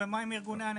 מה עם ארגוניי הנכים?